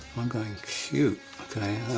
i'm going, cute? okay.